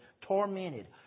tormented